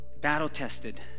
battle-tested